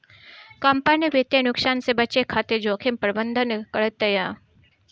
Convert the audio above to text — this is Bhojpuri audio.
कंपनी वित्तीय नुकसान से बचे खातिर जोखिम प्रबंधन करतिया